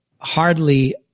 hardly